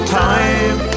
time